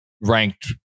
ranked